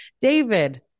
David